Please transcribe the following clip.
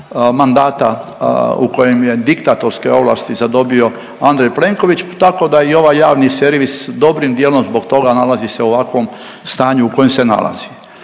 mandata u kojem je diktatorske ovlasti zadobio Andrej Plenković tako da i ovaj javni servis dobrim dijelom zbog toga nalazi se u ovakvom stanju u kojem se nalazi.